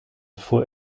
for